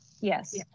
Yes